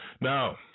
Now